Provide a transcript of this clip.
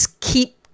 keep